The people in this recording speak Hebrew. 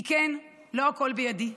כי כן, לא הכול בידי.